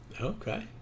okay